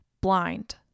Blind